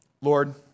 Lord